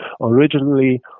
originally